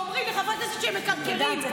כנסת שהם מקרקרים כמו לול תרנגולות.